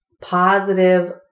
positive